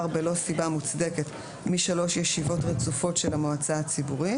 בלא סיבה מוצדקת משלוש ישיבות רצופות של המועצה הציבורית.